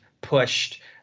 pushed